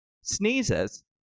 sneezes